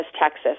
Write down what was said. Texas